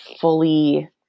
fully